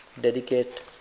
dedicate